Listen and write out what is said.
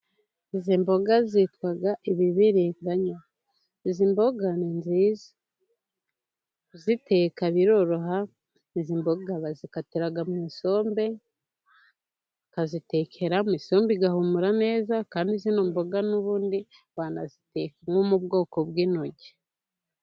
Izi mboga zitwa ibibiringanyo izi mboga ni nziza kuziteka biroroha izi mboga bazikatira mu isombe, bakazitekeramo isombe igahumura neza kandi izo mboga n'ubundi banaziteka nko mu bwoko bw'intoryi.